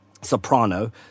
soprano